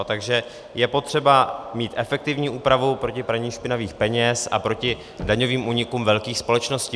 Takže je potřeba mít efektivní úpravu pro to praní špinavých peněz a proti daňovým únikům velkých společností.